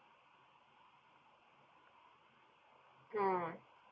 mm